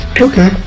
Okay